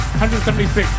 176